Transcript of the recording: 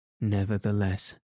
Nevertheless